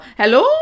hello